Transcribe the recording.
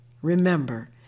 Remember